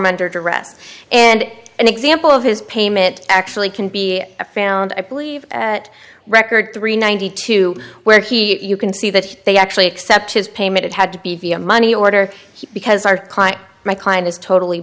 duress and an example of his payment actually can be found i believe at record three ninety two where he you can see that they actually accept his payment it had to be via money order because our client my client is totally